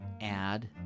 add